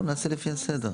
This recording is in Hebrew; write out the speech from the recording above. נעשה לפי הסדר.